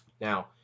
Now